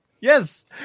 Yes